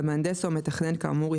והמהנדס או המתכנן כאמור,